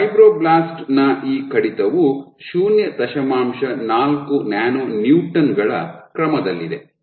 fibroblast ನ ಈ ಕಡಿತವು ಶೂನ್ಯ ದಶಮಾಂಶ ನಾಲ್ಕು ನ್ಯಾನೊ ನ್ಯೂಟನ್ ಗಳ ಕ್ರಮದಲ್ಲಿದೆ